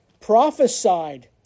prophesied